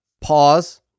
pause